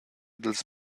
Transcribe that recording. dils